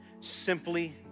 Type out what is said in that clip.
Simply